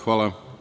Hvala.